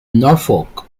norfolk